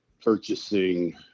purchasing